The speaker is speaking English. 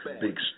Big